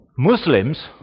Muslims